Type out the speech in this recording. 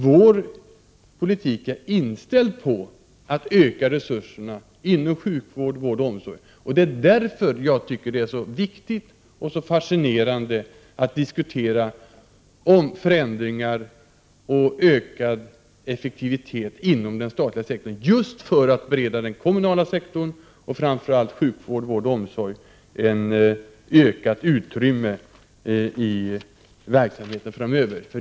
Vår politik är inställd på att öka resurserna inom sjukvård och omsorgsverksamhet. Det är därför jag tycker det är så viktigt och så fascinerande att diskutera förändringar och ökad effektivitet inom den statliga sektorn just för att bereda den kommunala sektorn, framför allt sjukvård och omsorg av olika slag, ett ökat utrymme i verksamheten framöver.